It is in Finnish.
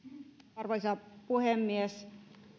arvoisa puhemies